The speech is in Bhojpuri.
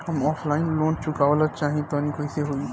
हम ऑफलाइन लोन चुकावल चाहऽ तनि कइसे होई?